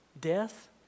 Death